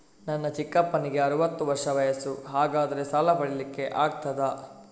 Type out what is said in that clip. ನನ್ನ ಚಿಕ್ಕಪ್ಪನಿಗೆ ಅರವತ್ತು ವರ್ಷ ವಯಸ್ಸು, ಹಾಗಾದರೆ ಸಾಲ ಪಡೆಲಿಕ್ಕೆ ಆಗ್ತದ?